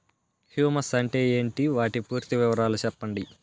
Humus అంటే ఏంటి? వాటి పూర్తి వివరాలు సెప్పండి?